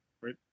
right